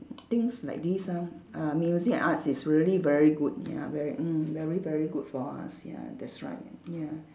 things like this ah ah music and arts is really very good ya very mm very very good for us ya that's right ya